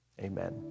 amen